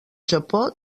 japó